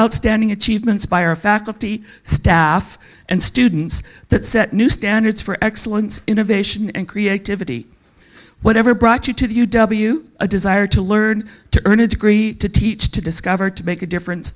outstanding achievements by our faculty staff and students that set new standards for excellence innovation and creativity whatever brought you to the u w a desire to learn to earn a degree to teach to discover to make a difference